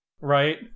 right